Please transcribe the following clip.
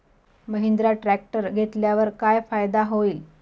Mahindra tractor घेतल्यावर काय फायदा होईल?